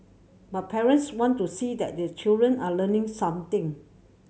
but parents want to see that these children are learning something